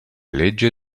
legge